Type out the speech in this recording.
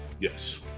Yes